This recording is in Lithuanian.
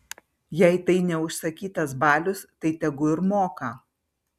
jei tai ne užsakytas balius tai tegu ir moka